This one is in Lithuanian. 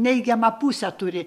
neigiamą pusę turi